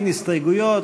אין הסתייגויות,